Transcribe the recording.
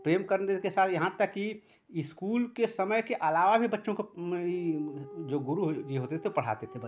अब प्रेम करने के साथ यहाँ तक कि स्कूल के समय के अलावा भी बच्चों को इ जो गुरु जी होते थे पढ़ाते थे बच्चों को